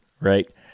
right